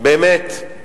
באמת,